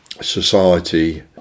society